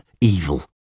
evil